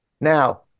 Now